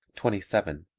twenty seven.